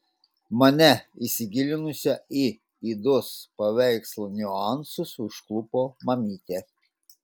mane įsigilinusią į idos paveikslo niuansus užklupo mamytė